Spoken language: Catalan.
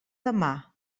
demà